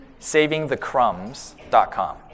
Savingthecrumbs.com